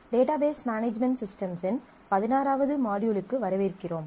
database management சிஸ்டமின் பதினாறாவது மாட்யூல்க்கு வரவேற்கிறோம்